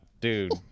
Dude